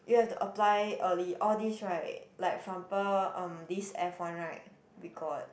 you have to apply early all this right like for example um this F one right we got